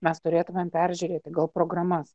mes turėtumėm peržiūrėti gal programas